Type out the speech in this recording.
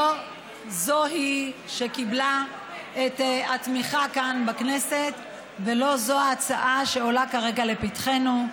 לא היא זו שקיבלה את התמיכה כאן בכנסת ולא זו ההצעה שעומדת כרגע לפתחנו.